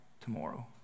tomorrow